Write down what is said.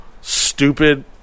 stupid